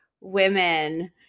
women